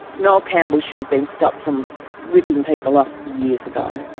noel campbell should have been stopped from ripping people off years ago.